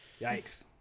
Yikes